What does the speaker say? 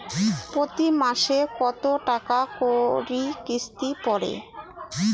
প্রতি মাসে কতো টাকা করি কিস্তি পরে?